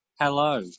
hello